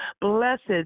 Blessed